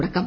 തുടക്കം